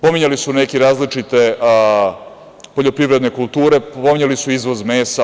Pominjali su neki različite poljoprivredne kulture, pominjali su izvoz mesa.